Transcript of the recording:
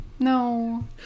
No